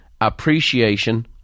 appreciation